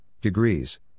degrees